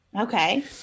Okay